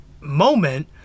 moment